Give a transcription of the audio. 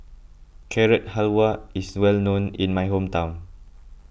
Carrot Halwa is well known in my hometown